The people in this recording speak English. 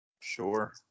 Sure